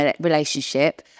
relationship